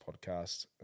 podcast